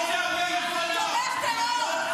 תומך טרור.